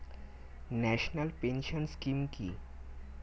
National pension scheme কি?